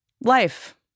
life